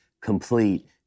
complete